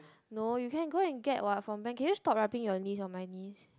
no you can go and get what from Ben can you stop rubbing your knees on my knees